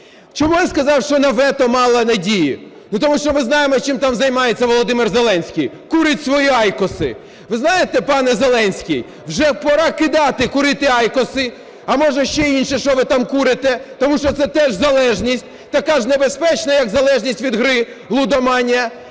Чому я сказав, що на вето мало надії? Тому що ми знаємо чим там займається Володимир Зеленський, курить свої Айкоси. Ви знаєте, пане Зеленський, вже пора кидати курити Айкоси, а може ще і інше, що ви там курите, тому що це теж залежність така ж небезпечна, як залежність від гри лудоманія.